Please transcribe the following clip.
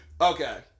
Okay